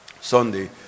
sunday